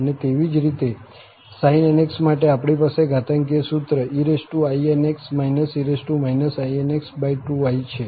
અને તેવી જ રીતે sin⁡nx માટે આપણી પાસે ઘાતાંકીય સૂત્ર einx e inx2i છે